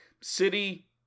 city